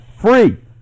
free